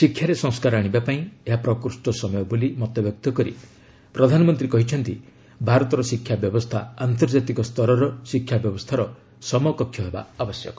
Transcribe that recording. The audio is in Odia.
ଶିକ୍ଷାରେ ସଂସ୍କାର ଆଣିବା ପାଇଁ ଏହା ପ୍ରକ୍ଷ ସମୟ ବୋଲି ମତବ୍ୟକ୍ତ କରି ପ୍ରଧାନମନ୍ତ୍ରୀ କହିଛନ୍ତି ଭାରତର ଶିକ୍ଷା ବ୍ୟବସ୍ଥା ଆନ୍ତର୍ଜାତିକ ସ୍ତରର ଶିକ୍ଷା ବ୍ୟବସ୍ଥାର ସମକକ୍ଷ ହେବା ଆବଶ୍ୟକ